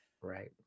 right